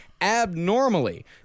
abnormally